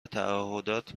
تعهدات